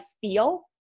feel